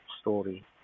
story